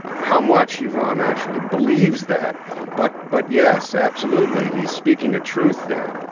how much ivan actually believes that but, but yes. absolutely. he is speaking a truth there.